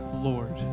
Lord